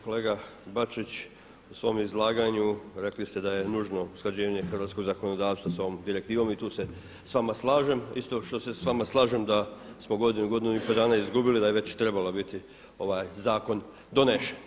Kolega Bačić, u svom izlaganju rekli ste da je nužno usklađenje hrvatskog zakonodavstva sa ovom direktivom i tu se s vama slažem isto što se s vama slažem da smo godinu, godinu i po dana izgubili da je već trebao biti ovaj zakon donesen.